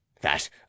That